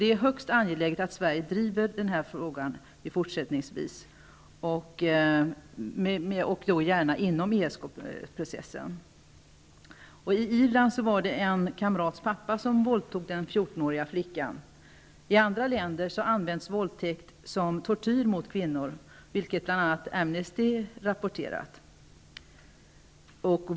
Det är i högsta grad angeläget att Sverige fortsätter att driva kravet om kvinnors rätt att bestämma över antalet barn de vill föda. Det kan med fördel ske inom ESK-processen. I Irland var det en kamrats pappa som våldtog den 14-åriga flickan. I andra länder används våldtäkt som tortyr mot kvinnor, vilket bl.a. Amnesty har rapporterat.